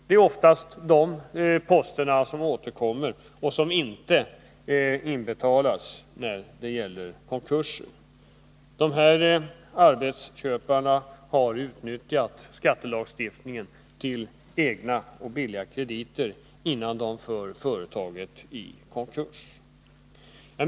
Det är oftast de posterna som återkommer och där inbetalning inte sker när det gäller konkurser. De här arbetsköparna har utnyttjat skattelagstiftningen till egna och billiga krediter innan de försätter företaget i konkurs.